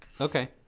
Okay